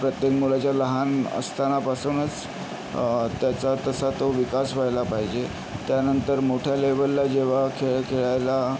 प्रत्येक मुलाच्या लहान असतानापासूनच त्याचा तसा तो विकास व्हायला पाहिजे त्यानंतर मोठ्या लेवलला जेव्हा खेळ खेळायला